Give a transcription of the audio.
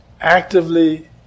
actively